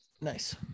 Nice